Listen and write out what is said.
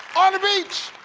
on the beach!